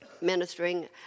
ministering